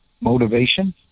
motivation